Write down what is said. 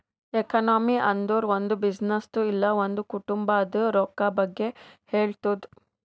economy ಅಂದುರ್ ಒಂದ್ ಬಿಸಿನ್ನೆಸ್ದು ಇಲ್ಲ ಒಂದ್ ಕುಟುಂಬಾದ್ ರೊಕ್ಕಾ ಬಗ್ಗೆ ಹೇಳ್ತುದ್